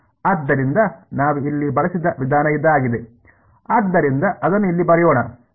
ಆದ್ದರಿಂದ ನಾವು ಇಲ್ಲಿ ಬಳಸಿದ ವಿಧಾನ ಇದಾಗಿದೆ ಆದ್ದರಿಂದ ಅದನ್ನು ಇಲ್ಲಿ ಬರೆಯೋಣ